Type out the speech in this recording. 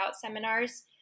seminars